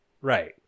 Right